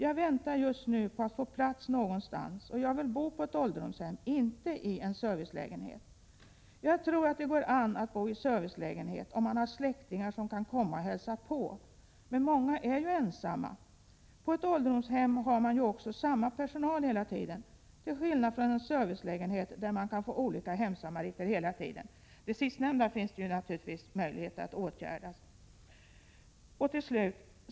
Jag väntar just nu på att få plats någonstans och jag vill bo på ett ålderdomshem, inte i en servicelägenhet. Jag tror att det går an att bo i servicelägenhet om man har släktingar som kan komma och hälsa på. Men många är ju ensamma. På ett ålderdomshem har man ju också samma personal hela tiden, till skillnad från en servicelägenhet där man kan få olika hemsamariter hela tiden.” — Det sistnämnda finns det naturligtvis möjlighet att åtgärda.